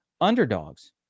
underdogs